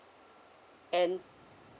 and